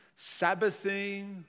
sabbathing